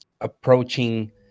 approaching